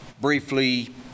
Briefly